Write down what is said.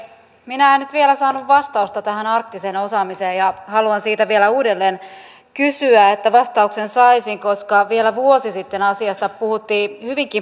minä en nyt vielä saanut vastausta tähän arktiseen osaamiseen ja haluan siitä vielä uudelleen kysyä että vastauksen saisin koska vielä vuosi sitten asiasta puhuttiin hyvinkin paljon